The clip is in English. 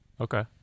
Okay